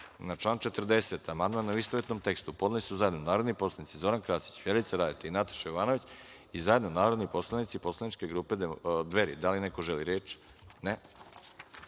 član 40. amandman, u istovetnom tekstu, podneli su zajedno narodni poslanici Zoran Krasić, Vjerica Radeta i Nataša Jovanović, i zajedno narodni poslanici Poslaničke grupe Dveri. Da li neko želi reč?